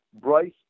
Bryce